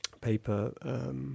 paper